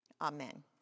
Amen